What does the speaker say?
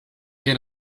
que